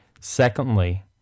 Secondly